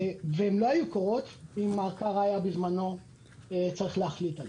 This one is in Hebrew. הן לא היו קורות אם מר קארה היה צריך בזמנו להחליט עליהן.